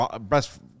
best